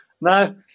No